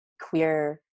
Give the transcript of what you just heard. queer